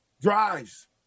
Drives